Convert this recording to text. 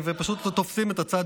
להציג את הצעת